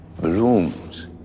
blooms